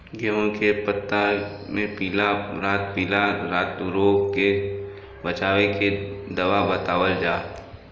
गेहूँ के पता मे पिला रातपिला पतारोग से बचें के दवा बतावल जाव?